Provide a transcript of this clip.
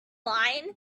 line